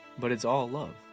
but it's all love.